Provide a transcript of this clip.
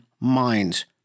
Minds